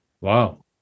Wow